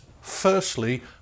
firstly